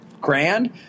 grand